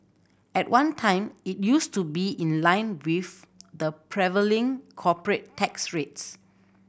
at one time it used to be in line with the prevailing corporate tax rates